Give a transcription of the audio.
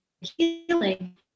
healing